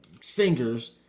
singers